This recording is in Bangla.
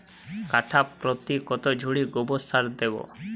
কাঠাপ্রতি কত ঝুড়ি গোবর সার দেবো?